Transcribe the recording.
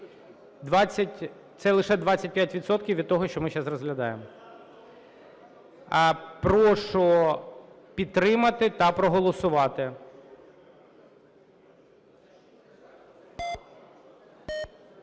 це лише 25 відсотків від того, що ми сейчас розглядаємо. Прошу підтримати та проголосувати.